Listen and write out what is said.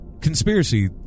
conspiracy